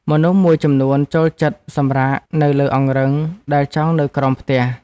មនុស្សមួយចំនួនចូលចិត្តសម្រាកនៅលើអង្រឹងដែលចងនៅក្រោមផ្ទះ។